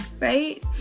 right